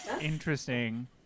Interesting